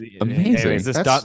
amazing